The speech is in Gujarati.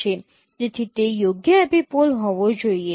તેથી તે યોગ્ય એપિપોલ હોવો જોઈએ